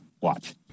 Watch